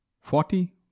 Forty